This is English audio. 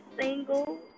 single